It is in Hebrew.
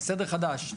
סדר חדש.